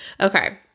Okay